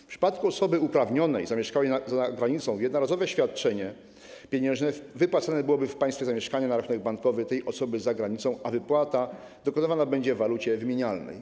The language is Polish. W przypadku osoby uprawnionej zamieszkałej za granicą jednorazowe świadczenie pieniężne wypłacone byłoby w państwie zamieszkania, na rachunek bankowy tej osoby za granicą, a wypłata dokonywana byłaby w walucie wymienialnej.